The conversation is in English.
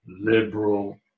Liberal